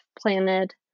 planted